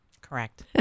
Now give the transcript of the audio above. Correct